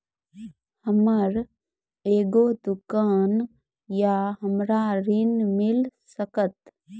हमर एगो दुकान या हमरा ऋण मिल सकत?